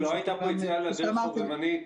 לא הייתה כאן יציאה לדרך באופן חובבני,